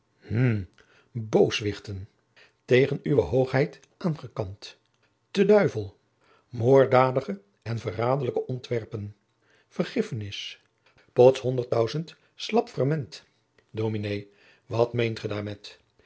booswichten tegen uwe hoogheid aangekant te duivel moorddadige en verraderlijke ontwerpen vergiffenis pots hondert tausent slapferment dominé wat meent ge daarmet en